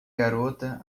garota